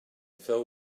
fell